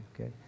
okay